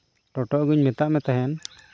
ᱴᱳᱴᱳ ᱟᱹᱜᱩᱧ ᱢᱮᱛᱟᱫ ᱢᱮ ᱛᱟᱦᱮᱸᱫ